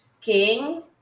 King